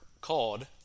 called